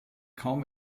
kaum